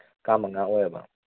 ꯀꯥ ꯃꯉꯥ ꯑꯣꯏꯌꯦꯕ